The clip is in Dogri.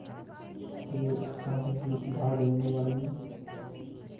ते अस उस्सी डाह् देई ओड़ने बाड़ियै